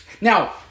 Now